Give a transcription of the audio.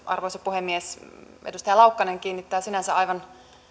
arvoisa puhemies edustaja laukkanen kiinnittää sinänsä aivan